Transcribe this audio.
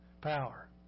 power